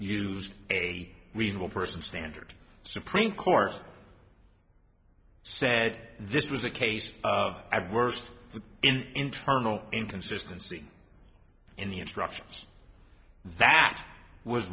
used a reasonable person standard supreme court said this was a case of at worst the internal inconsistency in the instructions that was